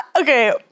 okay